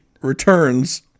returns